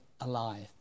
alive